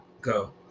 go